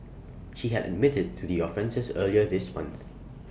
she had admitted to the offences earlier this month